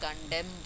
condemned